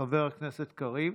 חבר הכנסת קריב,